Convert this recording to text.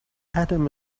adam